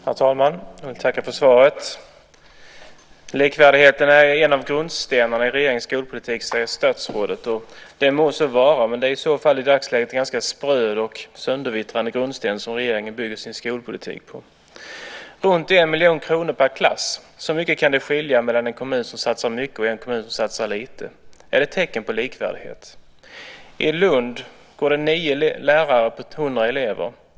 Herr talman! Jag tackar för svaret. Likvärdigheten är en av grundstenarna i regeringens skolpolitik, säger statsrådet. Det må så vara, men det är i så fall i dagsläget en ganska spröd och söndervittrande grundsten som regeringen bygger sin skolpolitik på. Runt 1 miljon kronor per klass - så mycket kan det skilja mellan en kommun som satsar mycket och en kommun som satsar lite. Är det tecken på likvärdighet? I Lund går det 9 lärare på 100 elever.